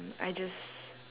I just